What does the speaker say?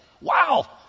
Wow